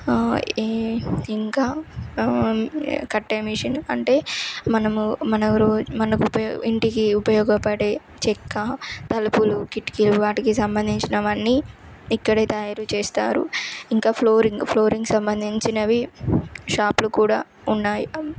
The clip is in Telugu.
ఇంకా కట్టె మిషన్ అంటే మనము మన రోజూ మనకు ఇంటికి ఉపయోగపడే చెక్క తలుపులు కిటికీలు వాటికి సంబంధించినవన్నీ ఇక్కడే తయారుచేస్తారు ఇంకా ఫ్లోరింగ్ ఫ్లోరింగ్ సంబంధించినవి షాప్లు కూడా ఉన్నాయి